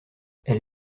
elle